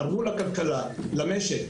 תרמו לכלכלה ולמשק.